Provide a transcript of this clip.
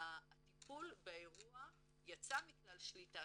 הטיפול באירוע יצא מכלל שליטה,